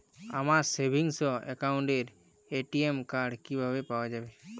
আমার সেভিংস অ্যাকাউন্টের ATM card কিভাবে পাওয়া যাবে?